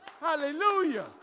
Hallelujah